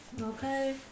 Okay